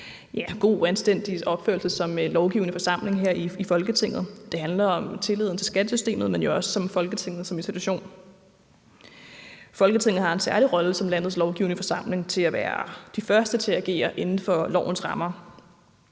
og anstændig opførsel som lovgivende forsamling her i Folketinget. Det handler om tilliden til skattesystemet, men jo også om Folketinget som institution. Folketinget har en særlig rolle som landets lovgivende forsamling i forhold til at være de første til at agere inden for lovens rammer.